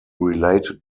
related